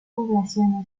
población